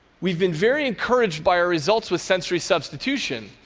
we've been very encouraged by our results with sensory substitution,